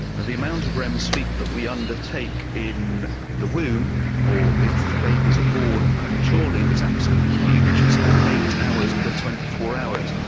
ah the amount of rem sleep that we undertake in the womb or if babies are born prematurely is absolutely huge, it's about eight hours per twenty four hours,